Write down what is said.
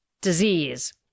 disease